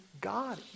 God